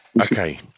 Okay